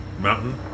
Mountain